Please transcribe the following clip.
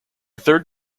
third